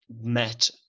met